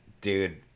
Dude